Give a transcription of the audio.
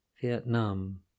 Vietnam